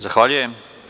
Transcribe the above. Zahvaljujem.